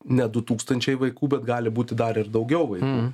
ne du tūkstančiai vaikų bet gali būti dar ir daugiau vaikų